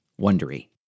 wondery